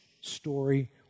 story